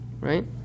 right